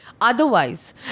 Otherwise